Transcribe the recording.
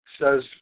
says